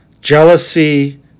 Jealousy